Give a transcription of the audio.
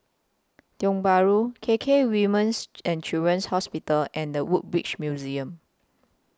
Tiong Bahru K K Women's and Children's Hospital and The Woodbridge Museum